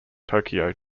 tokyo